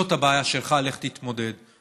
זאת הבעיה שלך, לך תתמודד.